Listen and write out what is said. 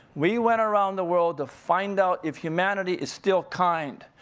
we went around the world to find out if humanity is still kind,